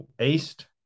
East